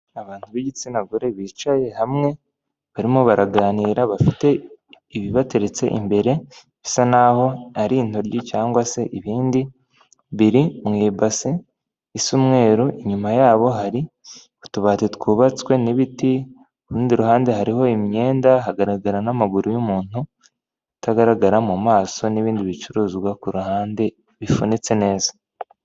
Abantu b'igitsina gore bicaye hamwe barimo baraganira bafite ibibateretse imbere bisa naho ari intoryi cyangwa se ibindi biri mu ibase isa umweru inyuma yabo hari utubati twubatswe n'ibiti ku rundi ruhande hariho imyenda hagaragara n'amaguru y'umuntu atagaragara mu maso n'ibindi bicuruzwa kuruhande bifunitse neza.